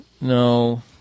No